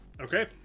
Okay